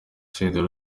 senderi